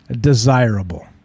desirable